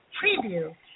preview